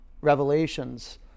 Revelations